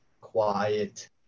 quiet